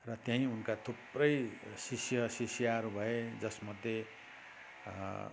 र त्यहीँ उनका थुप्रै शिष्य शिष्याहरू भए जसमध्ये